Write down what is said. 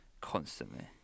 constantly